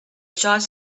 shots